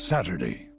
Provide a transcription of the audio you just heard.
Saturday